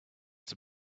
have